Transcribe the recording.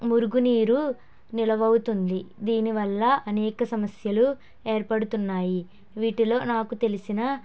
మురికి నీరు నిలవవుతుంది దీనివల్ల అనేక సమస్యలు ఏర్పడుతున్నాయి వీటిలో నాకు తెలిసిన